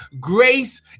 Grace